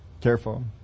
Careful